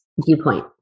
viewpoint